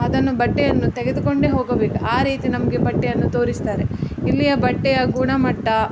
ಅದನ್ನು ಬಟ್ಟೆಯನ್ನು ತೆಗೆದುಕೊಂಡೆ ಹೋಗಬೇಕು ಆ ರೀತಿ ನಮಗೆ ಬಟ್ಟೆಯನ್ನು ತೋರಿಸ್ತಾರೆ ಇಲ್ಲಿಯ ಬಟ್ಟೆಯ ಗುಣಮಟ್ಟ